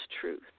truth